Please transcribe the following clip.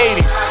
80s